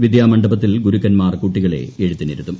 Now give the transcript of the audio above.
വിദ്യാ മണ്ഡപത്തിൽ ഗുരുക്കന്മാർ കുട്ടികളെ എഴുത്തിനിരുത്തും